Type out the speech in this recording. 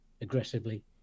aggressively